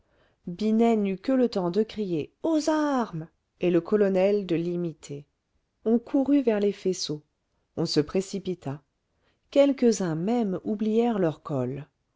n'eut que le temps de crier aux armes et le colonel de l'imiter on courut vers les faisceaux on se précipita quelques-uns même oublièrent leur col